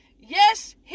Yes